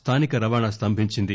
స్లానిక రవాణా స్తంభించింది